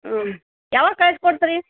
ಹ್ಞೂ ಯಾವಾಗ ಕಳಿಸ್ಕೊಡ್ತೀರಿ